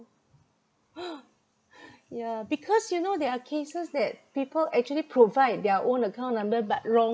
yeah because you know there are cases that people actually provide their own account number but wrongly